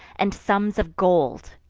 and sums of gold.